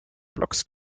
blogs